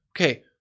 okay